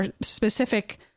specific